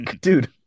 Dude